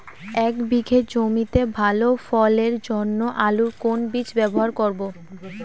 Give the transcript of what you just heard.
এক বিঘে জমিতে ভালো ফলনের জন্য আলুর কোন বীজ ব্যবহার করব?